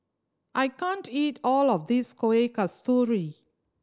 I can't eat all of this Kueh Kasturi